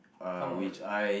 come on